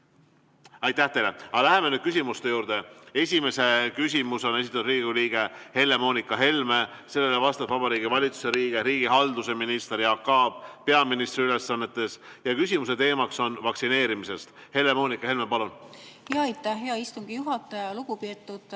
Helme, palun! Läheme nüüd küsimuste juurde. Esimese küsimuse on esitanud Riigikogu liige Helle-Moonika Helme ning sellele vastab Vabariigi Valitsuse liige, riigihalduse minister Jaak Aab peaministri ülesannetes. Küsimuse teema on vaktsineerimine. Helle‑Moonika Helme, palun! Aitäh, hea istungi juhataja! Lugupeetud